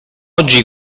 oggi